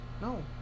no